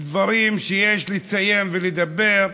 דברים שיש לציין ולדבר,